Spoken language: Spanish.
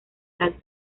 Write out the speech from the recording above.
tal